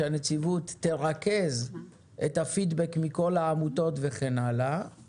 שהנציבות תרכז את הפידבק מכל העמותות וכן הלאה אבל